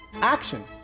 action